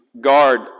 guard